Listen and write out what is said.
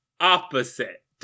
opposite